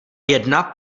jedna